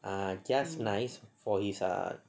ah just nice for his ah